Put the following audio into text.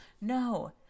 No